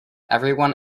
everyone